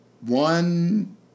One